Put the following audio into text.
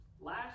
Last